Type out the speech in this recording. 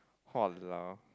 !walao!